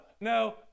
no